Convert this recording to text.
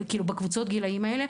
בקבוצות הגילאים האלה,